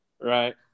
Right